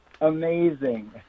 amazing